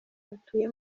batuye